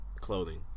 clothing